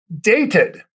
dated